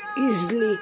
easily